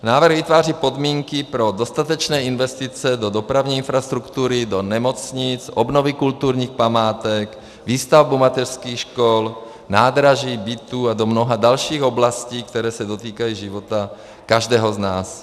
Návrh vytváří podmínky pro dostatečné investice do dopravní infrastruktury, do nemocnic, obnovy kulturních památek, výstavbu mateřských škol, nádraží, bytů a do mnoha dalších oblastí, které se dotýkají života každého z nás.